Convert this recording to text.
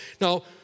Now